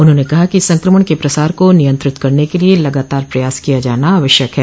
उन्होंने कहा कि संक्रमण के प्रसार को नियंत्रित करने के लिये लगातार प्रयास किया जाना आवश्यक है